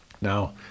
Now